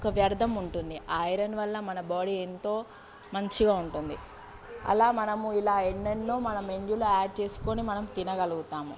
ఒక వ్యర్థం ఉంటుంది ఆ ఐరన్ వల్ల మన బాడీ ఎంతో మంచిగా ఉంటుంది అలా మనము ఇలా ఎన్నెన్నో మనం మెనూలో యాడ్ చేసుకుని మనం తినగలుగుతాము